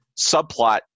subplot